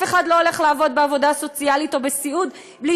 אף אחד לא הולך לעבוד בעבודה סוציאלית או בסיעוד בלי